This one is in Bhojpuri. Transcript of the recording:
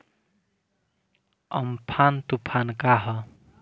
अमफान तुफान का ह?